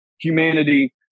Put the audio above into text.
humanity